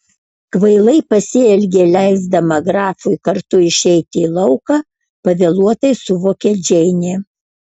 kvailai pasielgė leisdama grafui kartu išeiti į lauką pavėluotai suvokė džeinė